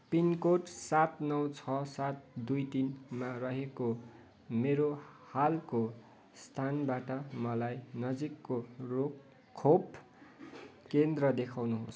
pin code सात नौ छ सात दुई तिनमा रहेको मेरो हालको स्थानबाट मलाई नजिकको रोप खोप केन्द्र देखाउनुहोस्